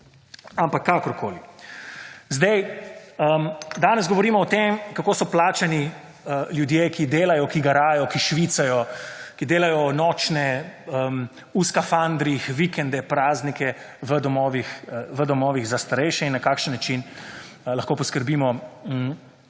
ampak kakorkoli. Danes govorimo o tem kako so plačani ljudje, ki delajo, ki garajo, ki švicajo, ki delajo nočne v skafandrih, vikende, praznike v domovih za starejše in na kakšen način lahko poskrbimo za